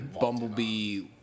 Bumblebee